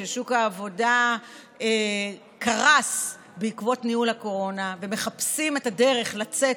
כששוק העבודה קרס בעקבות ניהול הקורונה וכשמחפשים את הדרך לצאת